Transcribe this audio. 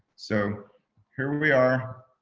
so here we are.